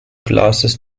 classes